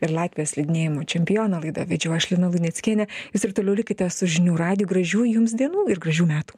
ir latvijos slidinėjimo čempioną laidą vedžiau aš lina luneckienė jūs ir toliau likite su žinių radiju gražių jums dienų ir gražių metų